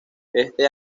este